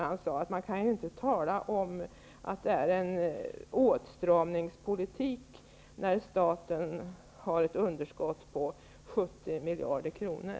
Han sade att man inte kan tala om en åtstramningspolitik när staten har ett underskott på 70 miljarder kronor.